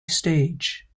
stage